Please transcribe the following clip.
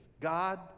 God